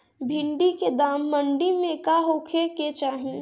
भिन्डी के दाम मंडी मे का होखे के चाही?